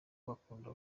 bakunda